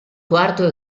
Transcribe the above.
quarto